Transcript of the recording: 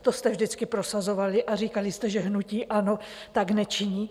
To jste vždycky prosazovali a říkali jste, že hnutí ANO tak nečiní.